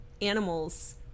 animals